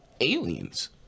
aliens